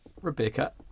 Rebecca